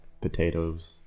potatoes